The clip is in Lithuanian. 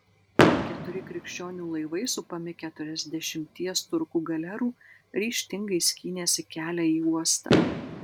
keturi krikščionių laivai supami keturiasdešimties turkų galerų ryžtingai skynėsi kelią į uostą